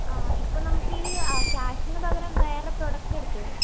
ആ ഇപ്പം നമ്മൾക്ക് ഈ ആ ക്യാഷിന് പകരം വേറെ പ്രോഡക്ട് എടുത്തുകൂടെ